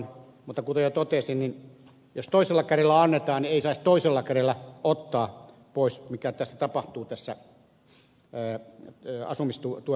mutta kuten jo totesin jos toisella kädellä annetaan ei saisi toisella kädellä ottaa pois mikä tapahtuu tässä asumistuen kohdalla